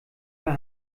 der